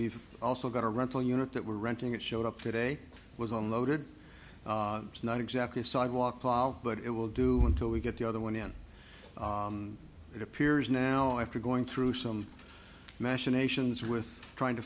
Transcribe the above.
we've also got a rental unit that we're renting it showed up today it was unloaded it's not exactly a sidewalk plow but it will do until we get the other one in it appears now after going through some machinations with trying to